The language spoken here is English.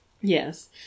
Yes